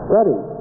Ready